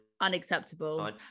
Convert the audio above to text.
unacceptable